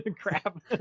crap